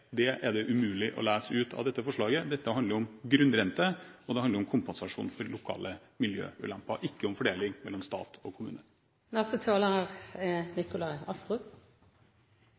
Dette er det umulig å lese i dette forslaget. Dette handler om grunnrente og kompensasjon for lokale miljøulemper, ikke om fordeling mellom stat og kommune. I motsetning til statsråden innrømmer jeg det gjerne når jeg tar feil. Det er